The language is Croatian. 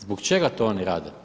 Zbog čega to oni rade?